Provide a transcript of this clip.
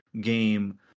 game